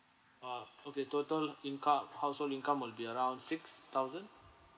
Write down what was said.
ah okay total income household income will be around six thousand